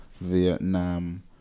Vietnam